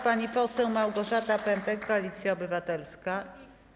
Pani poseł Małgorzata Pępek, Koalicja Obywatelska.